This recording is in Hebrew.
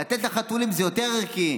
לתת לחתולים זה יותר ערכי.